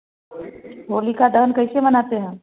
होलिका दहन कैसे मनाते हैं